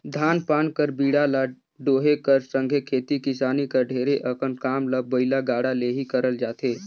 धान पान कर बीड़ा ल डोहे कर संघे खेती किसानी कर ढेरे अकन काम ल बइला गाड़ा ले ही करल जाथे